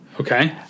Okay